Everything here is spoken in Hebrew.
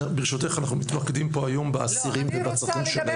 ברשותך אנחנו מתמקדים פה היום באסירים והצרכים שלהם.